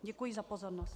Děkuji za pozornost.